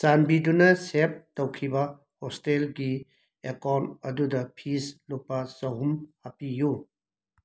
ꯆꯥꯟꯕꯤꯗꯨꯅ ꯁꯦꯕ ꯇꯧꯈꯤꯕ ꯍꯣꯁꯇꯦꯜꯒꯤ ꯑꯦꯀꯥꯎꯟ ꯑꯗꯨꯗ ꯐꯤꯁ ꯂꯨꯄꯥ ꯆꯍꯨꯝ ꯍꯥꯞꯄꯤꯌꯨ